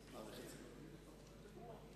מכובדי שר הרווחה, בוא תקשיב לי.